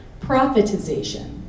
Profitization